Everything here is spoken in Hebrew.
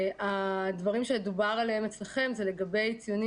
הדברים שדיברתם עליהם בדיון זה לגבי ציונים